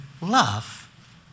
love